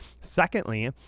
Secondly